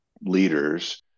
leaders